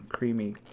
creamy